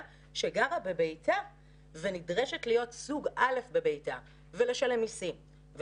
שגרה בביתה ונדרשת להיות סוג א' בביתה ולשלם מיסים,